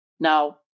Now